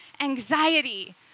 anxiety